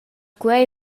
quei